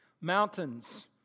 Mountains